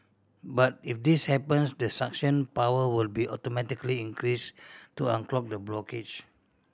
but if this happens the suction power will be automatically increase to unclog the blockage